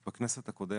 בכנסת הקודמת,